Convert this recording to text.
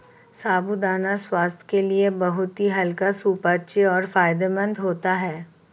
साबूदाना स्वास्थ्य के लिए बहुत ही हल्का सुपाच्य और फायदेमंद होता है